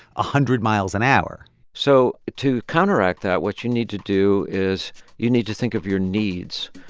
ah hundred miles an hour so to counteract that, what you need to do is you need to think of your needs.